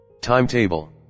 timetable